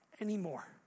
anymore